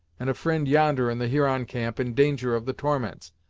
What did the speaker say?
and a fri'nd yonder in the huron camp, in danger of the torments.